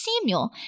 Samuel